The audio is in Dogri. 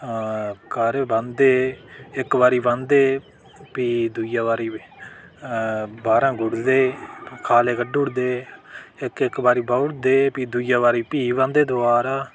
कर बांह्दे इक बारी बांह्दे फ्ही दुइया बाह्रां गुड्डदे खाले कड्ढी ओड़दे इक इक बारी बाही ओड़दे फ्ही दुइयै बारी फ्ही बांह्दे दबारा